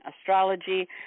Astrology